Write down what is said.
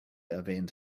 erwähnt